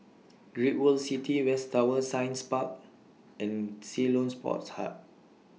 Great World City West Tower Science Park and Ceylon Sports Hub